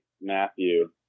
Matthew